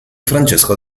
francesco